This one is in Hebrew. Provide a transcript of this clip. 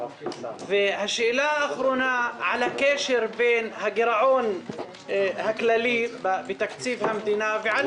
השאלה האחרונה היא על הקשר בין הגירעון הכללי בתקציב המדינה ועל